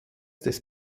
des